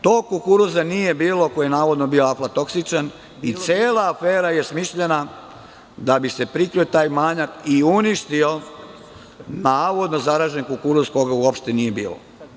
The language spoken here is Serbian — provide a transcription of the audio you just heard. Tog kukuruza nije bilo koji je aflatoksičan i cela afera je smišljena da bi se prikrio taj manjak i uništio navodno zaraženi kukuruz kojeg uopšte nije bilo.